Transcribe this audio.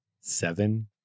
Seven